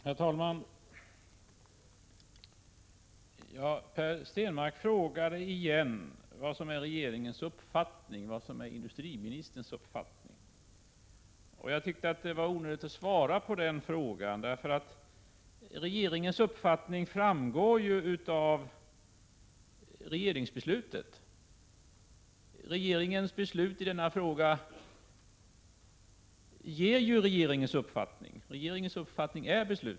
Herr talman! Per Stenmarck frågade igen vad som är industriministerns och regeringens uppfattning. Jag tyckte att det var onödigt att svara på den frågan. Regeringens uppfattning framgår av regeringsbeslutet — regeringens beslut i denna fråga ger regeringens uppfattning.